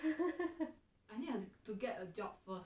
I need to get a job for